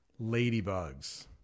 Ladybugs